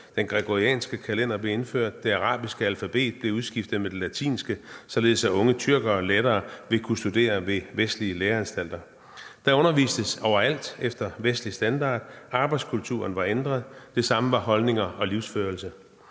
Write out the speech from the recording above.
den gregorianske kalender blev indført, det arabiske alfabet blev udskiftet med det latinske, således at unge tyrkere lettere kunne studere ved vestlige læreanstalter. Der blev overalt undervist efter vestlig standard, arbejdskulturen var ændret, og det samme var holdninger og livsførelse.